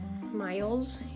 miles